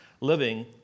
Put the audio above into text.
living